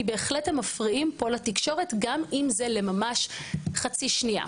כי בהחלט הם מפריעים פה לתקשורת גם אם זה לממש חצי שנייה.